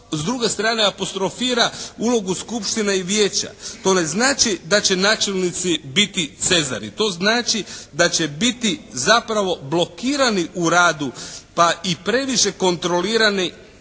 S druge strane, apostrofira ulogu skupštine i vijeća. To ne znači da će načelnici biti Cezari. To znači da će biti zapravo blokirani u radu pa i previše kontrolirani.